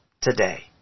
today